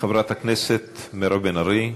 חברת הכנסת מירב בן ארי.